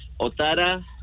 Otara